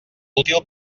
útil